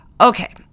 Okay